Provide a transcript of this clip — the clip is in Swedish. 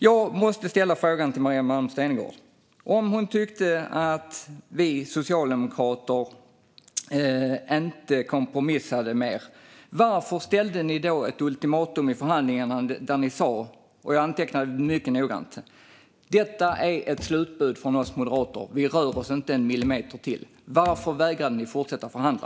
Jag måste ställa frågan: Om Maria Malmer Stenergard tyckte att vi socialdemokrater inte kompromissade mer, varför ställde Moderaterna då ett ultimatum i förhandlingarna där man sa - och jag antecknade detta mycket noggrant - att detta var ett slutbud från Moderaterna och att man inte skulle röra sig en millimeter till? Varför vägrade Moderaterna att fortsätta förhandla?